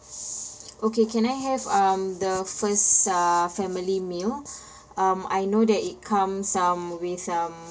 okay can I have um the first uh family meal um I know that it comes um with um